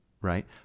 right